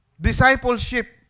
Discipleship